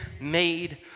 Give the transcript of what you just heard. made